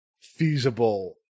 feasible